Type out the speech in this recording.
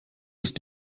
ist